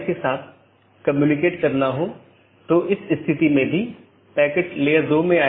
इसलिए समय समय पर जीवित संदेश भेजे जाते हैं ताकि अन्य सत्रों की स्थिति की निगरानी कर सके